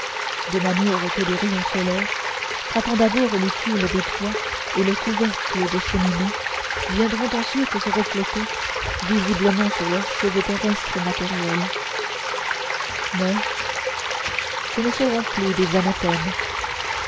de manière que les rayons solaires frappant d'abord les tuiles des toits et le couvercle des cheminées viendront ensuite se refléter visiblement sur leurs cheveux terrestres et matériels mais ce ne seront plus des anathèmes